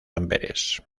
amberes